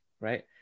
right